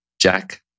Jack